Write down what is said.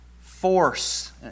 force